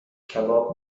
کباب